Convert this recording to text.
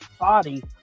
body